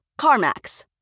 CarMax